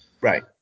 Right